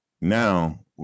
now